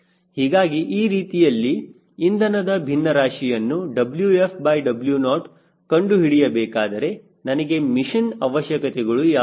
ಹೀಗಾಗಿ ಆ ರೀತಿಯಲ್ಲಿ ಇಂಧನದ ಭಿನ್ನರಾಶಿಯನ್ನು WfW0 ಕಂಡು ಹಿಡಿಯಬೇಕಾದರೆ ನನಗೆ ಮಿಷನ್ ಅವಶ್ಯಕತೆಗಳು ಯಾವುವು